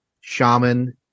shaman